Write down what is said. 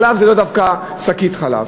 כך שחלב זה לאו דווקא שקית חלב,